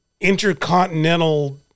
intercontinental